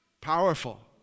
Powerful